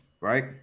right